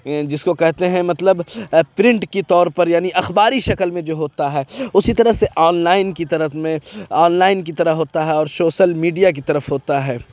جس کو کہتے ہیں مطلب پرنٹ کی طور پر یعنی اخباری شکل میں جو ہوتا ہے اُسی طرح سے آن لائن کی طرف میں آن لائن کی طرح ہوتا ہے اور شوسل میڈیا کی طرف ہوتا ہے